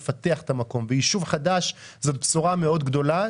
יישוב חדש זאת בשורה מאוד גדולה.